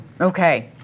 Okay